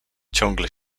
ciągle